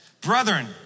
brethren